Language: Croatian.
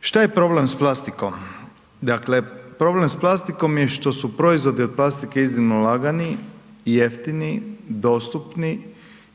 Šta je problem s plastikom? Dakle, problem s plastikom je što su proizvodi od plastike iznimno lagani, jeftini, dostupni